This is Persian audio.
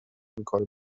میکنه